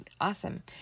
awesome